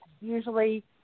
Usually